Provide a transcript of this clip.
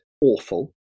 awful